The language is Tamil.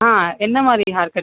ஆ என்ன மாதிரி ஹேர்கட்